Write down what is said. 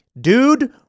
Dude